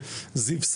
זיו,